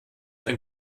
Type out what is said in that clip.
ein